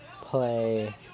play